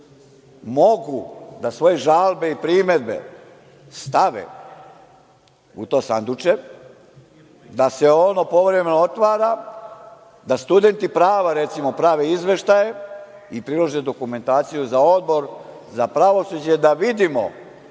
mogu da svoje žalbe i primedbe stave u to sanduče, da se ono povremeno otvara, da studenti prava, recimo, prave izveštaje i prilože dokumentaciju za Odbor za pravosuđe, da vidimo